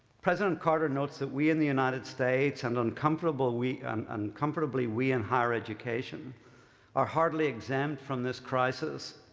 president carter notes that we in the united states and uncomfortably we um uncomfortably we in higher education are hardly exempt from this crisis.